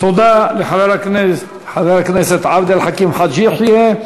תודה לחבר הכנסת עבד אל חכים חאג' יחיא.